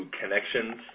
connections